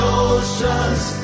oceans